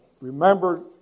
Remember